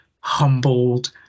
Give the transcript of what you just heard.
humbled